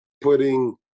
putting